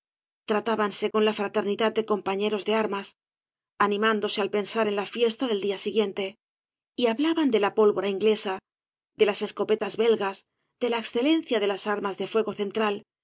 tratábanse con la fraternidad de compañeros de armas animándose al pensar en la fiesta del día siguiente y hablaban de la pólvora inglesa de las escopetas belgas de la excelencia de las armas de fuego central